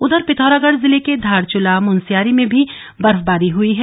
उधर पिथौरागढ़ जिले के धारचूला मुनस्यारी में भी बर्फबारी हई है